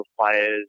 players